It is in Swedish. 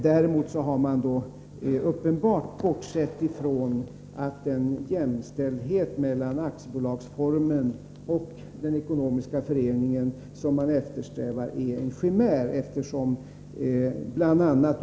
Däremot har man uppenbart bortsett från att den jämställdhet mellan aktiebolag och ekonomisk förening som eftersträvas är en chimär.